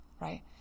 right